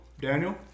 Daniel